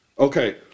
Okay